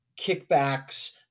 kickbacks